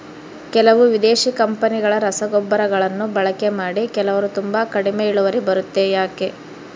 ಕೆಲವು ವಿದೇಶಿ ಕಂಪನಿಗಳ ರಸಗೊಬ್ಬರಗಳನ್ನು ಬಳಕೆ ಮಾಡಿ ಕೆಲವರು ತುಂಬಾ ಕಡಿಮೆ ಇಳುವರಿ ಬರುತ್ತೆ ಯಾಕೆ?